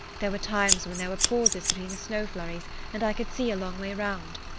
there were times when there were pauses between the snow flurries and i could see a long way round.